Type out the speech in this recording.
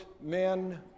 men